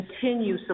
continue